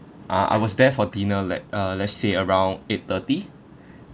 uh I was there for dinner like uh let's say around eight thirty